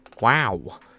Wow